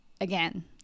again